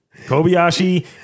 Kobayashi